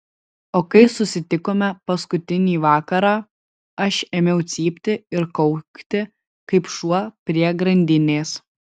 o kai susitikome paskutinį vakarą aš ėmiau cypti ir kaukti kaip šuo prie grandinės